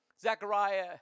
Zechariah